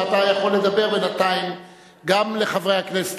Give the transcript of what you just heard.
ואתה יכול לדבר בינתיים גם אל חברי הכנסת